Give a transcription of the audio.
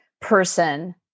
person